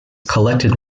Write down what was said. collected